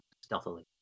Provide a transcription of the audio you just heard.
stealthily